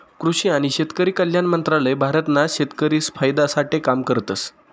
कृषि आणि शेतकरी कल्याण मंत्रालय भारत ना शेतकरिसना फायदा साठे काम करतस